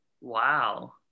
Wow